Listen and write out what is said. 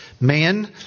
man